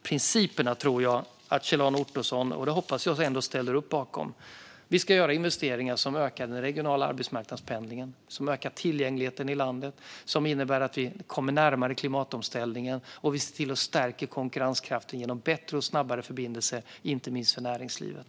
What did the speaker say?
Jag hoppas ändå att Kjell-Arne Ottosson ställer upp på principerna, nämligen att vi ska göra investeringar som ökar den regionala arbetsmarknadspendlingen, ökar tillgängligheten i landet så att vi kommer närmare klimatomställningen och stärker konkurrenskraften genom bättre och snabbare förbindelser inte minst för näringslivet.